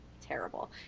terrible